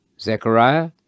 Zechariah